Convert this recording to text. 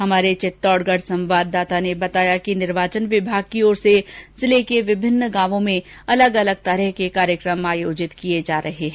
हमारे चित्तौड़ संवाददाता ने बताया कि निर्वाचन विभाग की ओर से जिले के विभिन्न गांवों में अलग अलग कार्यक्रम किए जा रहे हैं